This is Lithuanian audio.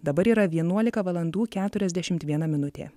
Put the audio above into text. dabar yra vienuolika valandų keturiasdešimt viena minutė